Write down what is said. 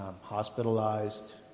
hospitalized